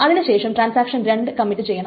അതിനു ശേഷം transaction 2 commit ചെയ്യണം